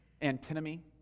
Antinomy